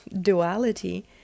Duality